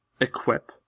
equip